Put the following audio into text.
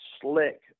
slick